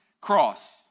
cross